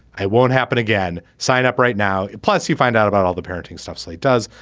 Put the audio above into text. i won't happen again. sign up right now. plus you find out about all the parenting stuff slate does.